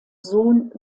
sohn